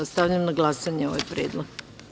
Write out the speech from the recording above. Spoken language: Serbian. Stavljam na glasanje ovaj predlog.